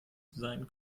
sein